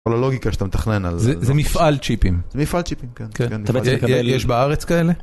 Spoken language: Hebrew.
לוגיקה שאתה מתכנן על. זה זה מפעל צ'יפים. מפעל צ'יפים, כן. יש בארץ כאלה?